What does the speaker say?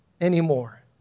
anymore